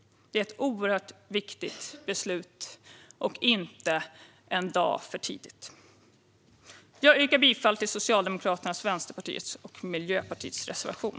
Det är ett oerhört viktigt beslut, och det tas inte en dag för tidigt. Jag yrkar bifall till Socialdemokraternas, Vänsterpartiets och Miljöpartiets reservation.